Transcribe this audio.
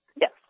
Yes